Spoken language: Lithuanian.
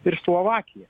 ir slovakiją